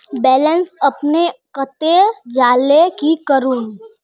Balance अपने कते जाले की करूम?